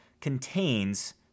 contains